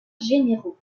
généraux